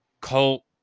cult